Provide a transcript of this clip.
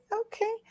Okay